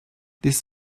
this